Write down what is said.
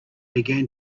began